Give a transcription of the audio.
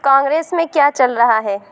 کانگریس میں کیا چل رہا ہے